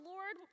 Lord